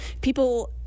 people